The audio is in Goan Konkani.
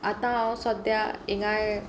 आतां हांव सद्या इंगाय